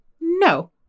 no